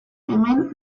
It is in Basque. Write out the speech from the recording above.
hemen